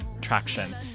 traction